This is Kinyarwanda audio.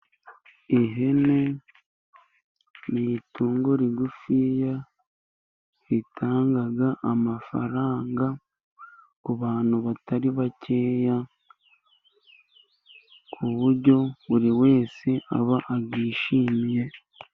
Ihene ni itungo rigufiya ritanga amafaranga ku bantu batari bakeya, ku buryo buri wese aba aryishimiye.